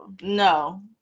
No